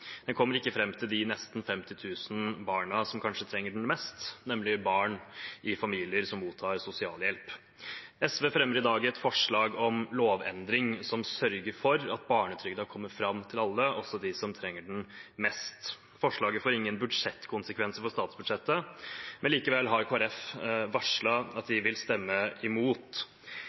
Den kommer ikke fram til de nesten 50 000 barna som kanskje trenger den mest, nemlig barn i familier som mottar sosialhjelp. SV fremmer i dag et forslag om en lovendring som sørger for at barnetrygden kommer fram til alle, også til dem som trenger den mest. Forslaget får ingen budsjettkonsekvenser for statsbudsjettet, men likevel har Kristelig Folkeparti varslet at de vil stemme imot.